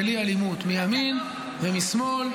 בלי אלימות מימין ומשמאל,